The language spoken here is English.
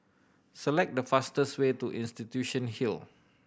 select the fastest way to Institution Hill